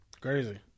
Crazy